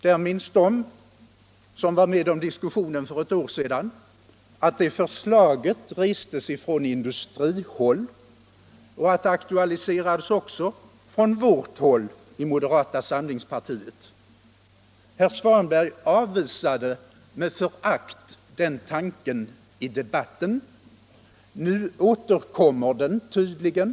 De som var med om diskussionen för ett år sedan minns att det förslaget restes från industrihåll och aktualiserades också från vårt håll i moderata samlingspartiet. Herr Svanberg avvisade med förakt den tanken i debatten. Nu återkommer den tydligen.